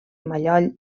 mallol